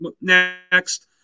next